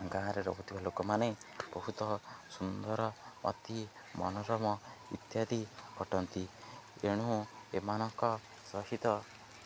ଗାଁରେ ରହୁଥିବା ଲୋକମାନେ ବହୁତ ସୁନ୍ଦର ଅତି ମନୋରମ ଇତ୍ୟାଦି ଅଟନ୍ତି ଏଣୁ ଏମାନଙ୍କ ସହିତ